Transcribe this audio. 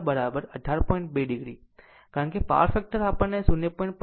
2 ઓ છે કારણ કે પાવર ફેક્ટર આપણને 0